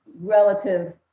relative